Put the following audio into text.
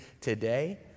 today